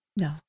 No